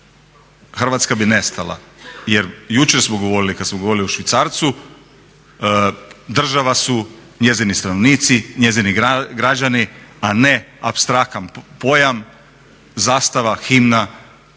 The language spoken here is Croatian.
Hrvatska bi nestala. Jer jučer smo govorili, kad smo govorili o švicarcu, država su njezini stanovnici, njezini građani a ne apstraktni pojam, zastava, himna